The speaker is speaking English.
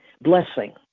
blessing